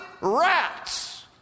rats